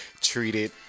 treated